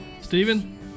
Stephen